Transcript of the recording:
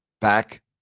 back